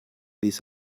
ließ